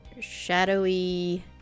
shadowy